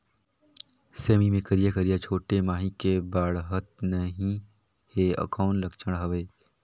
सेमी मे करिया करिया छोटे माछी हे बाढ़त नहीं हे कौन लक्षण हवय?